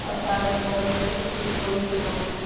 अषाढ़ मे मकई के खेती ठीक होई कि ना?